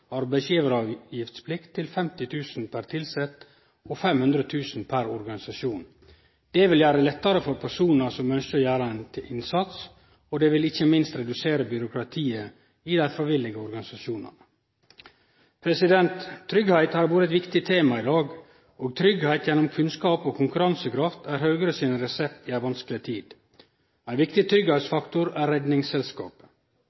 arbeidsgjevaravgiftsplikt til 50 000 kr per tilsett og 500 000 kr per organisasjon. Det vil gjere det lettare for personar som ønskjer å gjere ein innsats, og det vil ikkje minst redusere byråkratiet i dei frivillige organisasjonane. Tryggleik har vore eit viktig tema i dag, og tryggleik gjennom kunnskap og konkurransekraft er Høgres resept i ei vanskeleg tid. Ein viktig